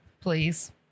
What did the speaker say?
Please